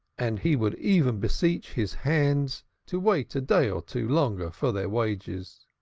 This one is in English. and he would even beseech his hands to wait a day or two longer for their wages.